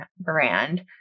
brand